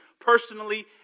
personally